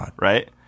Right